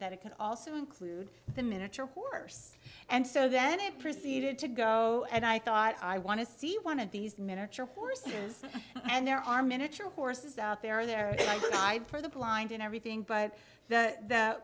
that it could also include the miniature horse and so then i proceeded to go and i thought i want to see one of these miniature horses and there are miniature horses out there there for the blind and everything but th